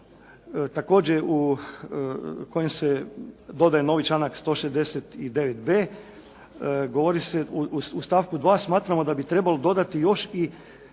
također u kojem se dodaje novi članak 69.b. Govori se u stavku 2. smatramo da bi trebalo dodati još i